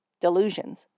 delusions